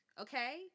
okay